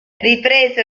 ripreso